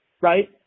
right